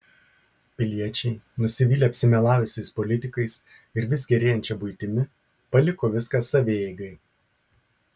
piliečiai nusivylę apsimelavusiais politikais ir vis gerėjančia buitimi paliko viską savieigai